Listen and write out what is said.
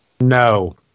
No